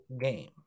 game